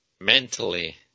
mentally